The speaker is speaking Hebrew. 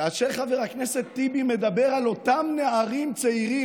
כאשר חבר הכנסת טיבי מדבר על אותם נערים צעירים,